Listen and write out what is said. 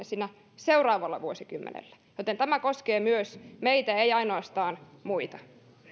siinä seuraavalla vuosikymmenellä joten tämä koskee myös meitä ei ainoastaan muita